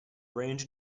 range